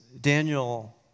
Daniel